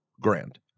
grand